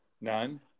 None